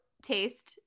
taste